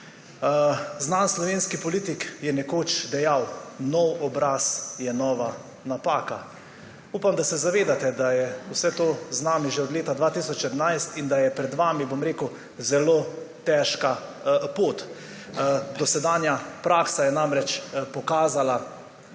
Znan slovenski politik je nekoč dejal: »Nov obraz je nova napaka.« Upam, da se zavedate, da je vse to z nami že od leta 2011 in da je pred vami zelo težka pot. Dosedanja praksa je namreč pokazala,